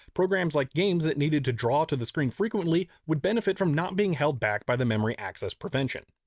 programs like games that needed to draw to the screen frequently would benefit from not being held back by the memory access prevention.